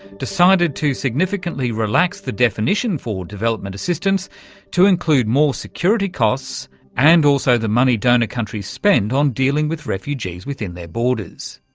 decided to significantly relax the definition for development assistance to include more security costs and also the money donor countries spend on dealing with refugees within their borders.